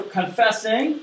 confessing